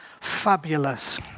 fabulous